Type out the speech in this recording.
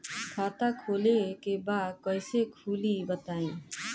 खाता खोले के बा कईसे खुली बताई?